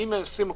השופטים.